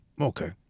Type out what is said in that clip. Okay